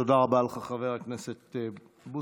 תודה רבה לך, חבר הכנסת בוסו.